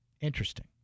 Interesting